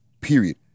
period